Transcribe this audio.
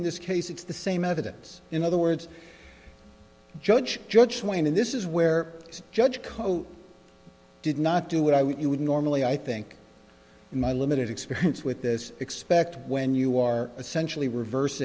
in this case it's the same evidence in other words judge judge wayne and this is where judge co did not do what i would you would normally i think in my limited experience with this expect when you are essentially revers